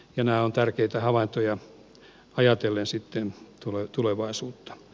nämä ovat tärkeitä havaintoja ajatellen tulevaisuutta